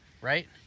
right